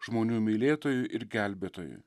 žmonių mylėtojui ir gelbėtojui